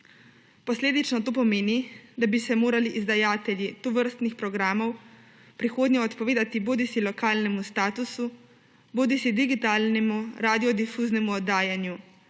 Posledično to pomeni, da bi se morali izdajatelji tovrstnih programov v prihodnje odpovedati bodisi lokalnemu statusu bodisi digitalnemu radiodifuznemu oddajanju,